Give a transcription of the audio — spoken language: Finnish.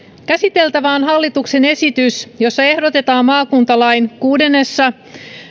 käsiteltävänä on hallituksen esitys jossa ehdotetaan maakuntalain kuudennessa